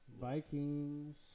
Vikings